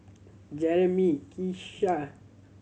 Jeremy Keshia